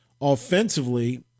Offensively